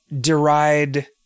deride